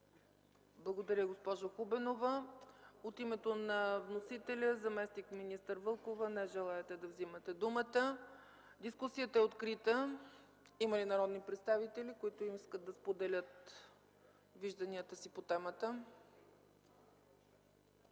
Благодаря, госпожо Хубенова. От името на вносителя, заместник-министър Вълкова? Не желаете да вземате думата. Дискусията е открита. Има ли народни представители, които желаят да споделят вижданията си по темата?